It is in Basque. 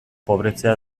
pobretzea